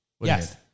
Yes